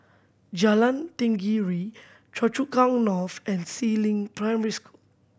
Jalan Tenggiri Choa Chu Kang North and Si Ling Primary